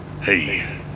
Hey